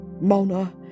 Mona